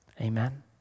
Amen